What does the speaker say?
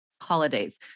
holidays